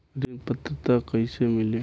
ऋण पात्रता कइसे मिली?